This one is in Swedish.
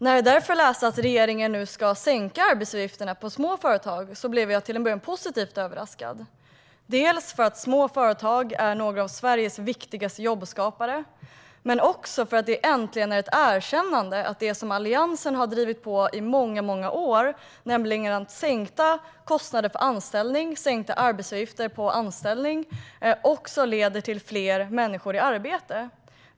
När jag läste att regeringen nu ska sänka arbetsgivaravgifterna för små företag blev jag därför till en början positivt överraskad, dels för att små företag är några av Sveriges viktigaste jobbskapare, dels för att det äntligen är ett erkännande av det som Alliansen har drivit i många år, nämligen att sänkta kostnader och arbetsgivaravgifter för anställning leder till fler människor i arbete.